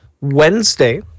Wednesday